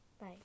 Bye